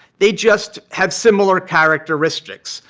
they just have similar characteristics.